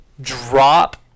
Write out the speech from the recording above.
drop